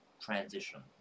transition